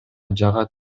жагат